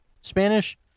Spanish